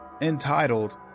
Entitled